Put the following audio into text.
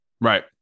right